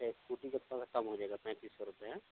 اچھا اسکوٹی کا تھوڑا سا کم ہو جائے گا پینتس سو روپے آں